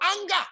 anger